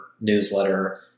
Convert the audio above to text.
newsletter